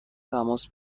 تماس